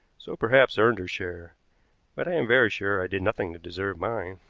so perhaps earned her share but i am very sure i did nothing to deserve mine.